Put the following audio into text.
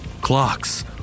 Clocks